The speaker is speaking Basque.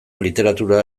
literatura